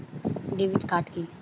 Debit card কি?